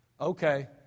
Okay